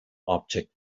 object